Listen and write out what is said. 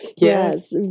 Yes